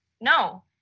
no